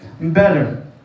better